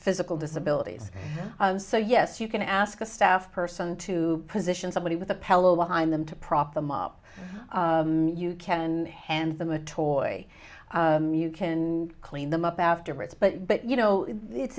physical disabilities so yes you can ask a staff person to position somebody with a pillow behind them to prop them up you can hand them a toy you can clean them up afterwards but you know